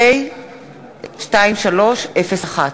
פ/2301.